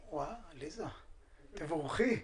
תבורכי.